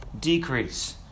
decrease